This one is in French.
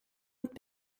autre